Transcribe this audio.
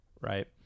right